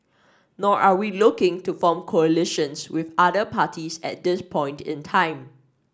nor are we looking to form coalitions with other parties at this point in time